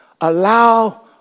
allow